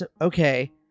Okay